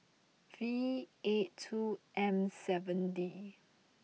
V eight two M seven D